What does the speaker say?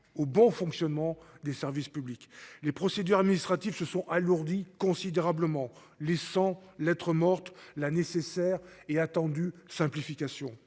au bon fonctionnement des services publics, les procédures administratives se sont alourdit considérablement les 100 lettre morte la nécessaire et attendu simplification